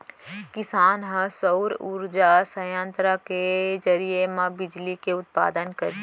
किसान ह सउर उरजा संयत्र के जरिए म बिजली के उत्पादन करही